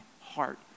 heart